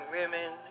women